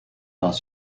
dans